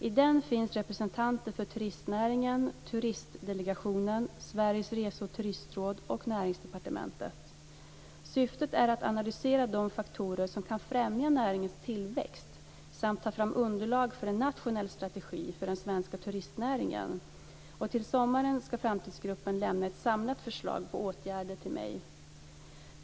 I den finns representanter för turistnäringen, Turistdelegationen, Sveriges Rese och Turistråd och Näringsdepartementet. Syftet är att analysera de faktorer som kan främja näringens tillväxt samt ta fram underlag för en nationell strategi för den svenska turistnäringen. Till sommaren ska Framtidsgruppen lämna ett samlat förslag på åtgärder till mig.